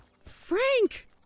Frank